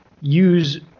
use